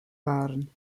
wahren